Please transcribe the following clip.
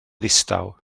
ddistaw